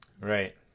Right